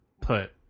put